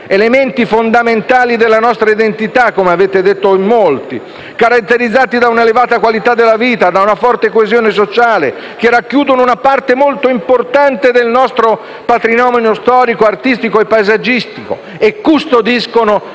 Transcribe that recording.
elementi fondamentali - come avete detto in molti - della nostra identità, caratterizzati da un'elevata qualità della vita e da una forte coesione sociale, che racchiudono una parte molto importante del nostro patrimonio storico, artistico e paesaggistico e custodiscono molte